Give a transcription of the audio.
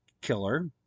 killer